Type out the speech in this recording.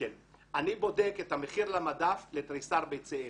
אני בודק את המחיר למדף לתריסר ביצים.